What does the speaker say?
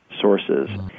sources